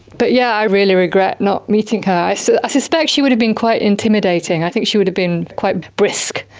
but yes, yeah i really regret not meeting her. i so suspect she would have been quite intimidating, i think she would have been quite brisk.